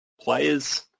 players